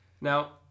Now